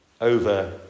over